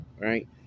Right